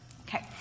Okay